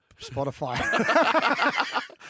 Spotify